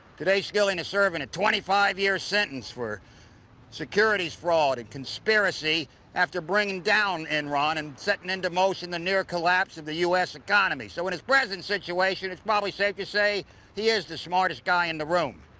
today, skilling is serving a twenty five year sentence for securities fraud and conspiracy after bringing down enron and setting into motion the near collapse of the us economy so, in his present situation, it's probably safe to say he is the smartest guy in the room.